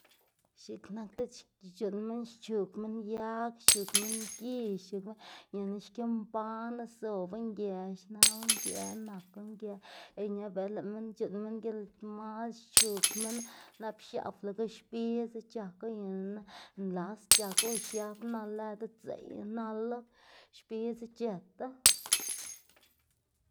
x̱iꞌk nak diꞌt c̲h̲uꞌnn minn xchug minn yag xchug minn gix xchug minn ñana xki mbanu zobu ngë xnawu, ngë naku ngë y ña bela lëꞌ minn c̲h̲uꞌnn minn gilmal xchug minnu nap xiablu ga xbidzu c̲h̲aku ñana nlas c̲h̲aku o xiab nal lëdu dzeꞌy nalu xbidzu c̲h̲ëtu.